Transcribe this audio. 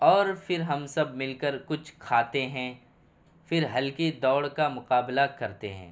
اور پھر ہم سب مل کر کچھ کھاتے ہیں پھر ہلکی دوڑ کا مقابلہ کرتے ہیں